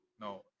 no